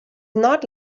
not